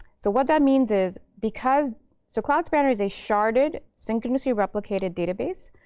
so what that means is because so cloud spanner is a sharded, synchronously-replicated database.